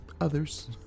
others